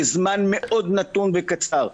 בזמן מאוד נתון וקצר,